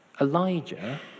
Elijah